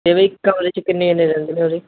ਅਤੇ ਬਾਈ ਇੱਕ ਕਮਰੇ ਵਿੱਚ ਕਿੰਨੇ ਜਣੇ ਰਹਿੰਦੇ ਨੇ ਉਰੇ